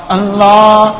Allah